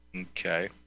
okay